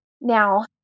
Now